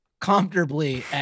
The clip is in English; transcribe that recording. comfortably